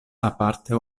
aparte